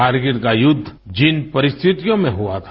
करगिल का युद्ध जिन परिस्थितियों में हुआ था